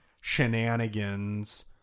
shenanigans